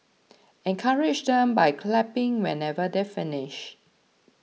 encourage them by clapping whenever they finish